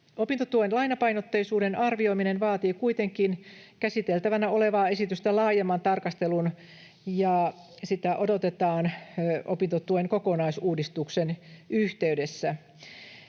Opintotuen lainapainotteisuuden arvioiminen vaatii kuitenkin käsiteltävänä olevaa esitystä laajemman tarkastelun, ja sitä odotetaan opintotuen kokonaisuudistuksen yhteydessä.